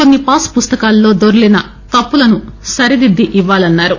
కొన్ని పాస్ పుస్తకాలలో దొర్లిన తప్పులను సరిదిద్ది ఇవ్వాలన్నారు